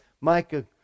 Micah